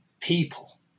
people